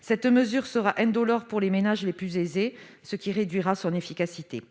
cette mesure sera indolore pour les ménages les plus aisés, ce qui réduira son efficacité.